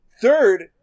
Third